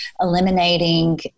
eliminating